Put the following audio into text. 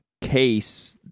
case